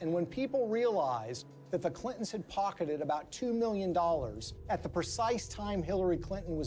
and when people realized that the clintons had pocketed about two million dollars at the precise time hillary clinton was